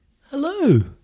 Hello